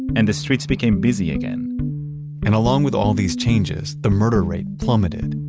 and the streets became busy again and along with all these changes, the murder rate plummeted,